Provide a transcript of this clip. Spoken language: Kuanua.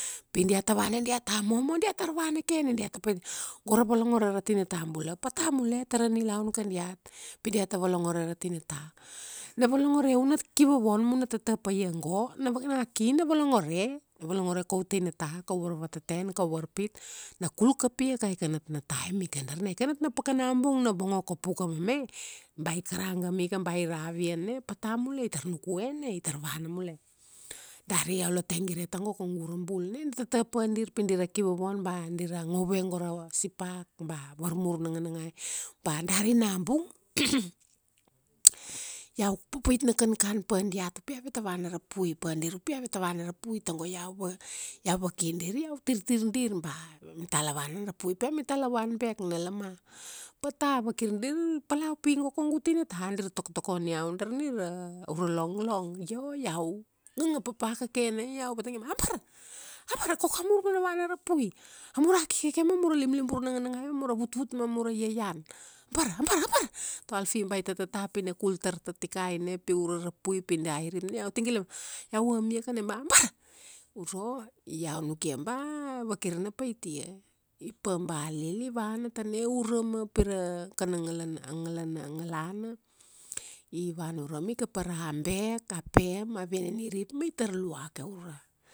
Pi diata vana diata momo na diatar vana ke na diata pait, go ra volongore ra tinata bula pata mule tara nilaun kadiat. Pi diata volongore ra tinata. Na volongoreu na kivovon muna tata paia go, na ki na volongore, na volongore kau tinanata, kau varva teten kau varpit. Na kul kapiaka aika natna taim ika darna. Aika natna pakana bung na vongo kapu ka mame, ba i karagam ika ba i ravian na pata mule itar nukue na. I tar vana mule. Dari iau la te gire tago kaugu ura bul. Na ina tata pa dir pi dira kivovon, ba dira ngove go ra sipak ba, varmur nanganangai, pa dari nabung, iau papait na kankan pa diat pi aveta vana rapui. Pa dir upi aveta vana rapui. Tago iau va, iau vaki dir iau tirtir dir ba, mitala vana rapui, pi amitla van bek na lama. Pata vakir dir pala upi go kaugu tinata. Dir tokotokone iau darni ra, aura longlong. Io, iau ngangap papa kake na iau, vatang ia ba abara, abara koko amur vanavana rapui. A mura ki kake ma mura limlimbur nanganangai ma mura vutvut ma mura iaian. Abara, bara, a bara. To Alphie ba i tatata upi na kul tar tatikai na pi ura rapui pi da irip na iau tigal ia, iau am ia ka ba abara. Uro, iau nukia ba, vakir na paitia. I pa balil i vana tana urama pira kana ngalana, a ngalana, ngalana. I vana urama i kapa ra bek, a pem a viana nirip ma itar lau ke ura.